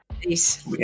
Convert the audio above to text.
Peace